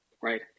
Right